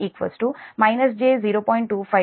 252 p